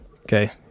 Okay